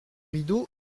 rideau